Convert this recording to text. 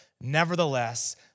Nevertheless